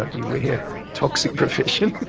but beware toxic profession.